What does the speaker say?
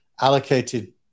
allocated